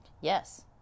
Yes